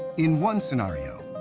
in one scenario,